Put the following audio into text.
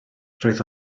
roedd